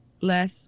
Less